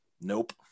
Nope